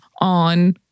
on